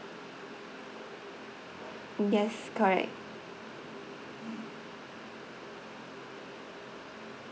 yes correct